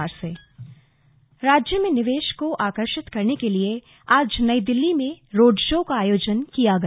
road show राज्य में निवेश को आकर्षित करने के लिए आज नई दिल्ली में रोड शो का आयोजन किया गया